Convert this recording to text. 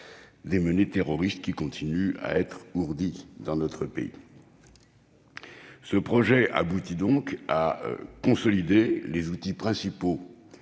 des menées terroristes qui continuent à être ourdies dans notre pays. Le présent projet de loi conduit à consolider les outils principaux